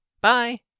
Bye